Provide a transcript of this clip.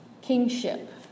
kingship